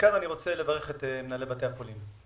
ובעיקר אני רוצה לברך את מנהלי בתי החולים.